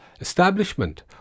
establishment